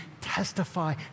testify